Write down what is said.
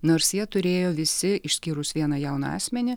nors jie turėjo visi išskyrus vieną jauną asmenį